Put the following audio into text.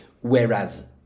whereas